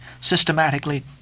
systematically